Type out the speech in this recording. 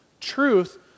truth